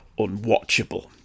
unwatchable